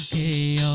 a